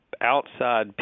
outside